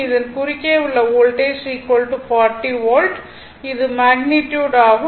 இதன் குறுக்கே உள்ள வோல்டேஜ் 40 வோல்ட் இது மேக்னிட்யுட் ஆகும்